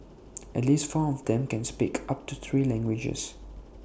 at least four of them can speak up to three languages